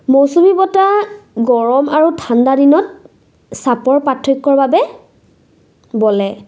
মৌচুমী বতাহ গৰম আৰু ঠাণ্ডাদিনত চাপৰ পাৰ্থক্যৰ বাবে বলে